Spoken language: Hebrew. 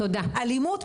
אלימות,